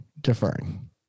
deferring